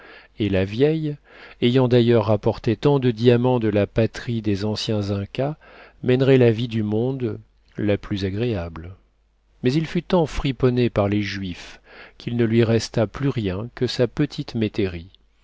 et la vieille ayant d'ailleurs rapporté tant de diamants de la patrie des anciens incas mènerait la vie du monde la plus agréable mais il fut tant friponné par les juifs qu'il ne lui resta plus rien que sa petite métairie